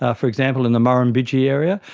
ah for example in the murrumbidgee area,